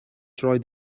rhaid